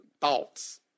thoughts